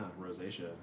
rosacea